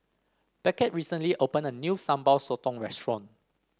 Beckett recently opened a new Sambal Sotong restaurant